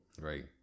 Right